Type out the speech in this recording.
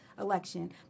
election